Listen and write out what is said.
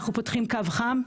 אנחנו פותחים קו חם.